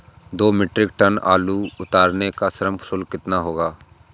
दो metric tonne आलू उतारने का श्रम शुल्क कितना होगा?